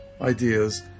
ideas